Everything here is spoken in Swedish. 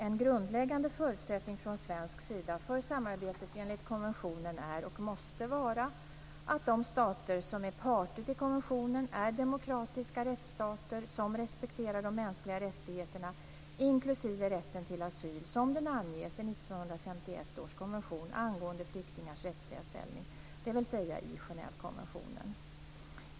En grundläggande förutsättning från svensk sida för samarbetet enligt konventionen är, och måste vara, att de stater som är parter till konventionen är demokratiska rättsstater som respekterar de mänskliga rättigheterna, inklusive rätten till asyl som den anges i 1951 års konvention angående flyktingars rättsliga ställning, dvs. i Genèvekonventionen.